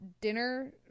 dinner